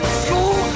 school